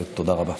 תודה רבה.